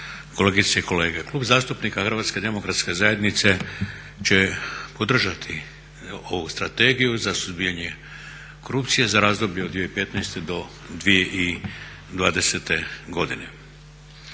kolegice i kolege. Klub zastupnika HDZ-a će podržati ovu Strategiju za suzbijanje korupcije za razdoblje od 2015. do 2020.godine.